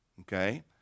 Okay